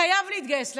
חייב להתגייס לצבא.